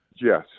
Yes